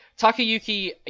Takayuki